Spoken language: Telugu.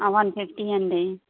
వన్ ఫిఫ్టీ అండి